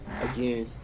again